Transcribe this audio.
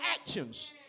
actions